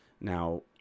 Now